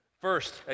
first